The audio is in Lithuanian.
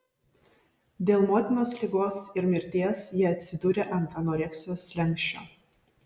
dėl motinos ligos ir mirties ji atsidūrė ant anoreksijos slenksčio